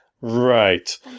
Right